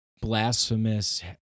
blasphemous